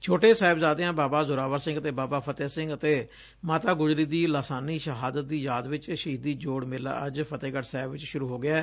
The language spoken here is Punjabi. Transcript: ਛੋਟੇ ਸਾਹਿਬਜ਼ਾਦਿਆਂ ਬਾਬਾ ਜ਼ੋਰਾਵਰ ਸਿੰਘ ਅਤੇ ਬਾਬਾ ਫਤਹਿ ਸਿੰਘ ਅਤੇ ਮਾਤਾ ਗੁਜਰੀ ਦੀ ਲਾਸਾਨੀ ਸ਼ਹਾਦਤ ਦੀ ਯਾਦ ਵਿਚ ਸ਼ਹੀਦੀ ਜੋੜ ਮੇਲਾ ਅੱਜ ਫਤਹਿਗੜ੍ ਸਾਹਿਬ ਚ ਸੁਰੂ ਹੋ ਗਿਐ